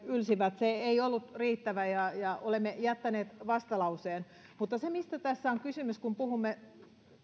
ylsivät ei ollut riittävä ja ja olemme jättäneet vastalauseen mutta se mistä tässä on kysymys kun puhumme